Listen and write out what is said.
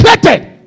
Created